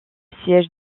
siège